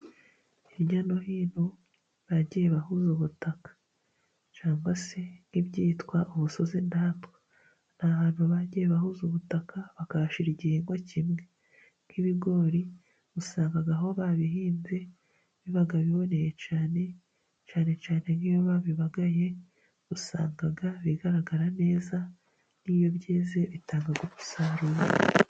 Hirya no hino bagiye bahuza ubutaka cyangwa se nk'ibyitwa udusozi ndatwa, ni ahantu bagiye bahuza ubutaka bakahashyira igihingwa kimwe nk'ibigori, usanga aho babihinze biba biboneye cyane, cyane cyane nk'iyo babibagaye usanga bigaragara neza n'iyo byeze bitanga umusaruro.